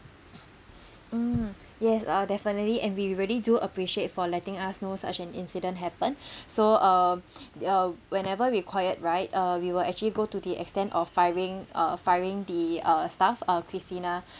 mm yes uh definitely and we really do appreciate for letting us know such an incident happened so uh uh whenever required right uh we will actually go to the extent of firing uh firing the uh staff uh christina